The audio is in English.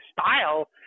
style